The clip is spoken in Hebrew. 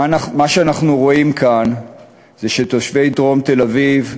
מה שאנחנו רואים כאן זה שתושבי דרום תל-אביב,